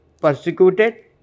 persecuted